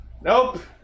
Nope